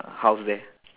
house there